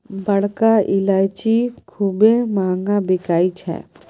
बड़का ईलाइची खूबे महँग बिकाई छै